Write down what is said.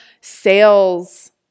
sales